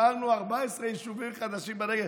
אישרנו 14 יישובים חדשים בנגב,